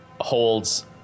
holds